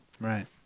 right